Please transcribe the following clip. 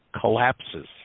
collapses